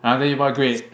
!huh! then you what grade